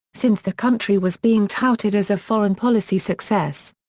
since the country was being touted as a foreign policy success.